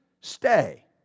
stay